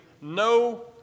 no